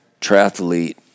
triathlete